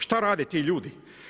Šta rade ti ljudi?